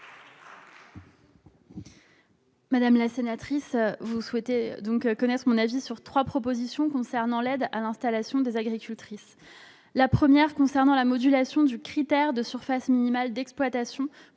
Madame la sénatrice, vous souhaitez connaître mon avis sur trois propositions relatives à l'aide à l'installation des agricultrices. La première de ces propositions concerne la modulation du critère de surface minimale d'exploitation